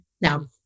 now